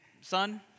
son